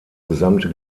gesamte